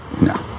No